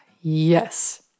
yes